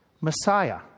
Messiah